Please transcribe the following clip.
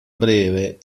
breve